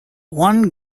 one